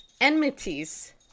enmities